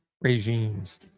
regimes